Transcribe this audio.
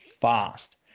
fast